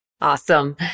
Awesome